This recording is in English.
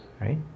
right